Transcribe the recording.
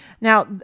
now